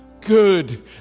good